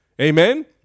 Amen